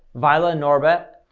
voilanorbert,